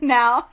now